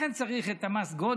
לכן צריך את מס הגודש,